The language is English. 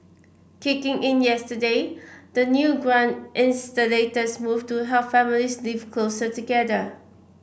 kicking in yesterday the new grant is the latest move to help families live closer together